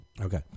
Okay